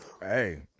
Hey